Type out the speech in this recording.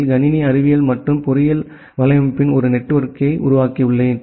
யில் கணினி அறிவியல் மற்றும் பொறியியல் வலையமைப்பான ஒரு நெட்வொர்க்கை உருவாக்கியுள்ளேன்